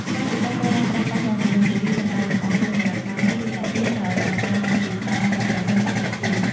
ត្បូងទទឹមត្រូវបានប្រើប្រាស់យ៉ាងទូលំទូលាយសម្រាប់លម្អគ្រឿងអលង្ការមាស ឬផ្លាទីន ដោយបង្កើតបានជាស្នាដៃដ៏ប្រណិត និងទាក់ទាញ។